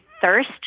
thirst